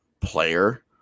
player